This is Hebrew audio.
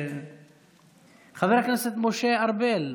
חבר הכנסת משה ארבל.